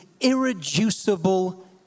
irreducible